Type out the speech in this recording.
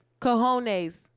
cojones